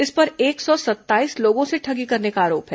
इस पर एक सौ सत्ताईस लोगों से ठगी करने का आरोप है